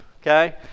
okay